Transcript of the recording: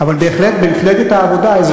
אבל בהחלט במפלגת העבודה האזרחים,